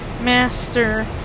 master